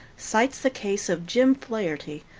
cites the case of jim flaherty,